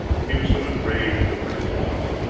he was so enraged over his loss.